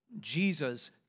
Jesus